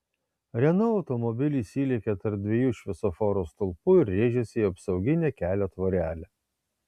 renault automobilis įlėkė tarp dviejų šviesoforo stulpų ir rėžėsi į apsauginę kelio tvorelę